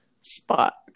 spot